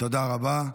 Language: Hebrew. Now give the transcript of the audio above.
תודה רבה.